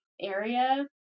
area